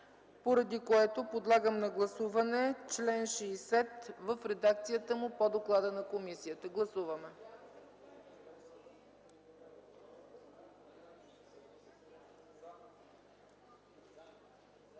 поради което подлагам на гласуване чл. 60 в редакцията му по доклада на комисията. Гласуваме!